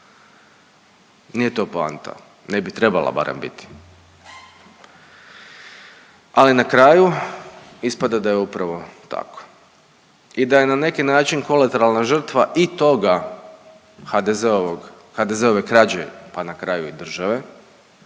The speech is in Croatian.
Nije to poanta. Ne bi trebala barem biti. Ali na kraju ispada da je upravo tako. I da je na neki način kolateralna žrtva i toga HDZ-ovog, HDZ-ove krađe pa na kraju i države